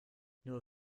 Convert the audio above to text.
nur